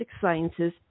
sciences